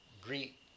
greet